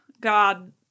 God